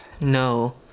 No